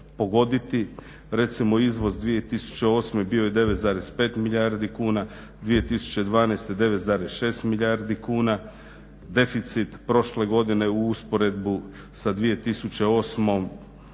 pogoditi. Recimo izvoz 2008. bio je 9,5 milijardi kuna, 2012. 9,6 milijardi kuna. Deficit prošle godine u usporedbu sa 2008.